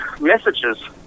messages